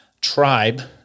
tribe